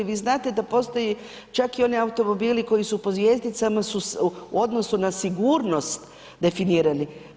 Vi znate da postoji čak i oni automobili koji su pod zvjezdicama u odnosu na sigurnost definirani.